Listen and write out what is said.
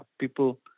people